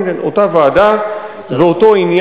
כן, כן, בחוקה, אותה ועדה ואותו עניין.